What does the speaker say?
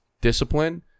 discipline